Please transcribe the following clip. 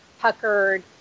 puckered